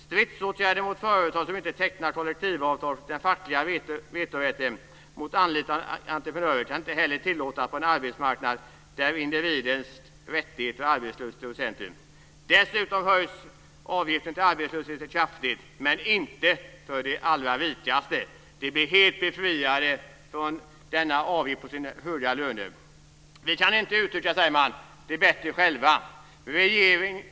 Stridsåtgärder mot företag som inte tecknar kollektivavtal och den fackliga vetorätten mot anlitande av entreprenörer kan inte heller längre tillåtas på en arbetsmarknad där individens rättigheter och arbetsliv står i centrum. - Dessutom höjs avgiften till arbetslöshetsförsäkringen kraftigt, men inte för de allra rikaste. De blir helt befriade från avgift på sin högsta lönedel." "Vi kan inte uttrycka det bättre själva. ", säger man.